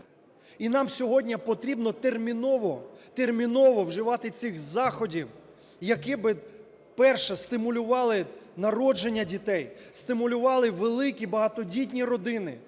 І нам сьогодні потрібно терміново, терміново вживати цих заходів, які би – перше - стимулювали народження дітей, стимулювали великі багатодітні родини,